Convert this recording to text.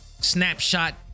snapshot